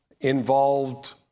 involved